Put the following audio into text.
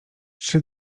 trzy